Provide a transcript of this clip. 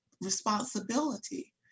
responsibility